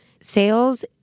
Sales